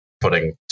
putting